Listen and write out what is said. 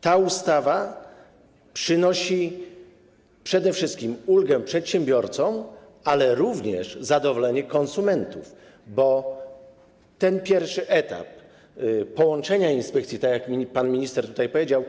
Ta ustawa przynosi przede wszystkim ulgę przedsiębiorcom, ale również zadowolenie konsumentom, bo ten pierwszy etap połączenia inspekcji, tak jak pan minister tutaj powiedział,